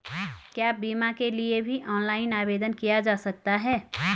क्या बीमा के लिए भी ऑनलाइन आवेदन किया जा सकता है?